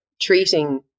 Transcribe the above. treating